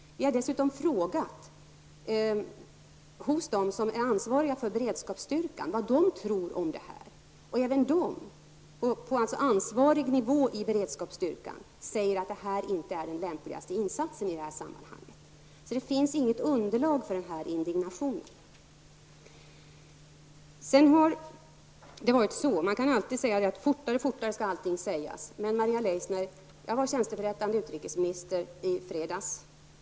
Vi har dessutom frågat personer på ansvarig nivå i beredskapsstyrkan vad de tror om detta. Även de säger att det här inte är den lämpligaste insatsen i detta sammanhang. Det finns inget underlag för indignationen. Man kan alltid säga att allt skall gå fortare och fortare. Maria Leissner, jag var tjänsteförrättande utrikesminister i fredags.